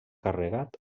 carregat